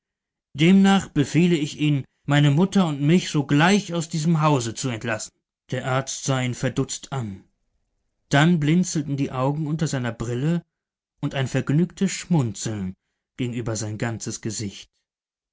demnach befehle ich ihnen meine mutter und mich sogleich aus diesem hause zu entlassen der arzt sah ihn verdutzt an dann blinzelten die augen unter seiner brille und ein vergnügtes schmunzeln ging über sein ganzes gesicht